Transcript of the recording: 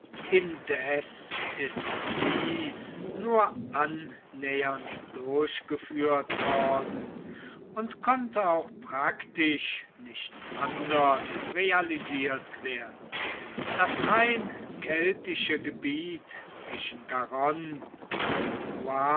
indes ist dies nur annähernd durchgeführt worden und konnte auch praktisch nicht anders realisiert werden das rein keltische gebiet zwischen garonne und loire